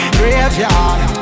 graveyard